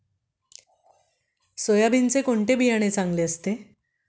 सोयाबीनचे कोणते बियाणे चांगले असते?